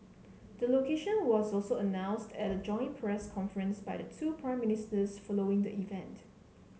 the location was also announced at a joint press conference by the two Prime Ministers following the event